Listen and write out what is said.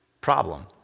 problem